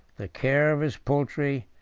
the care of his poultry,